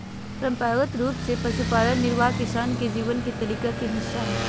परंपरागत रूप से पशुपालन निर्वाह किसान के जीवन के तरीका के हिस्सा हलय